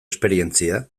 esperientzia